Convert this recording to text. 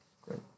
Great